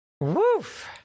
Woof